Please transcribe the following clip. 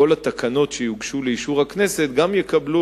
כל התקנות שיוגשו לאישור הכנסת גם יקבלו